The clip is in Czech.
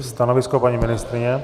Stanovisko paní ministryně?